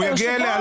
הוא יגיע אליה.